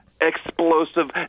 explosive